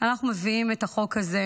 אנחנו מביאים את החוק הזה,